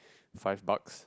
five bucks